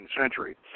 century